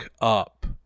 up